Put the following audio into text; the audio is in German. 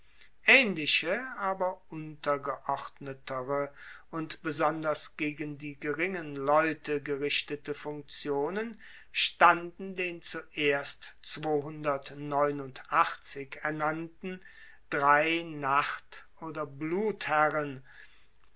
aehnliche aber untergeordnetere und besonders gegen die geringen leute gerichtete funktionen standen den zuerst ernannten drei nacht oder